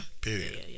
Period